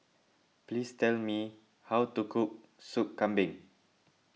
please tell me how to cook Sop Kambing